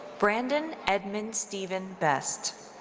brandon edmond steven best.